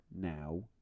now